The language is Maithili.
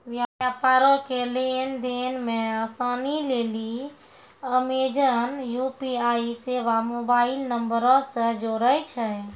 व्यापारो के लेन देन मे असानी लेली अमेजन यू.पी.आई सेबा मोबाइल नंबरो से जोड़ै छै